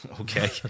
Okay